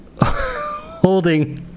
holding